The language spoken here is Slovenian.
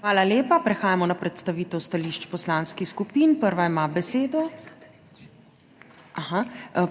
Hvala lepa. Prehajamo na predstavitev stališč poslanskih skupin. Prva ima besedo